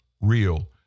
real